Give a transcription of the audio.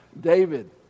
David